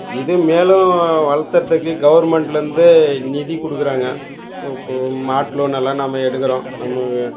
இது மேலும் வளர்த்தறதுக்கு கவர்மெண்ட்லருந்து நிதி கொடுக்குறாங்க இப்போது மாட்டு லோன் எல்லாம் நம்ம எடுக்கிறோம் நமக்கு